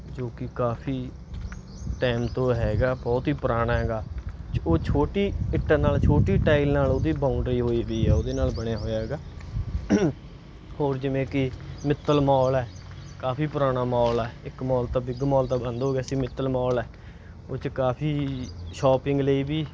ਜੋ ਕਿ ਕਾਫੀ ਟਾਈਮ ਤੋਂ ਹੈਗਾ ਬਹੁਤ ਹੀ ਪੁਰਾਣਾ ਹੈਗਾ ਉਹ ਛੋਟੀ ਇੱਟਾਂ ਨਾਲ ਛੋਟੀ ਟਾਈਲ ਨਾਲ ਉਹਦੀ ਬਾਉਂਡਰੀ ਹੋਈ ਵੀ ਆ ਉਹਦੇ ਨਾਲ ਬਣਿਆ ਹੋਇਆ ਹੈਗਾ ਹੋਰ ਜਿਵੇਂ ਕਿ ਮਿੱਤਲ ਮੌਲ ਹੈ ਕਾਫੀ ਪੁਰਾਣਾ ਮੌਲ ਹੈ ਇੱਕ ਮੌਲ ਤਾਂ ਬਿੱਗ ਮੌਲ ਤਾਂ ਬੰਦ ਹੋ ਗਿਆ ਸੀ ਮਿੱਤਲ ਮੌਲ ਹੈ ਉਹ 'ਚ ਕਾਫੀ ਸ਼ੋਪਿੰਗ ਲਈ ਵੀ